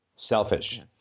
Selfish